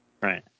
Right